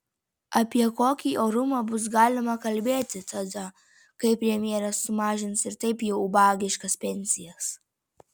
apie kokį orumą bus galima kalbėti tada kai premjeras sumažins ir taip jau ubagiškas pensijas